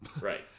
Right